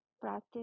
practice